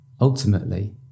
ultimately